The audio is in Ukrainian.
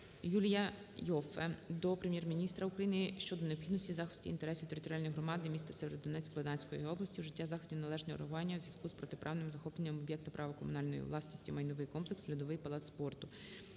Юлія Іоффе до Прем'єр-міністра України про необхідність захисту інтересів територіальної громади містаСєвєродонецьк Луганської області, вжиття заходів належного реагування у зв'язку з протиправним захопленням об'єкта права комунальної власності "Майновий комплекс "Льодовий палац спорту".